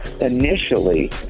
Initially